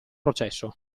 processo